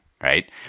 Right